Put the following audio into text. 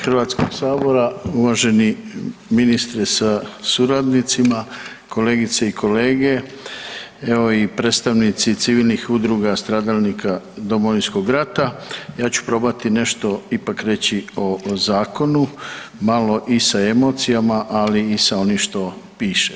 Hrvatskog sabora, uvaženi ministre sa suradnicima, kolegice i kolege, evo i predstavnici civilnih udruga stradalnika Domovinskog rata ja ću probati nešto ipak reći o zakonu, malo i sa emocijama, ali i sa onim što piše.